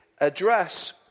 address